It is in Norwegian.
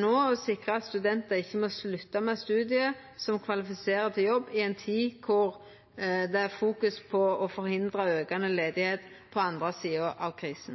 nå å sikra at studentar ikkje må slutta med studiet, som kvalifiserer til jobb i ei tid der ein fokuserer på å forhindra aukande arbeidsløyse på den andre sida av krisa.